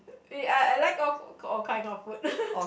uh I I like all k~ all kind of food